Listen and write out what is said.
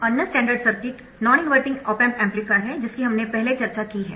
अन्य standard circuit non inverting op amp amplifier है जिसकी हमने पहले चर्चा की है